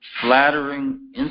Flattering